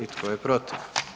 I tko je protiv?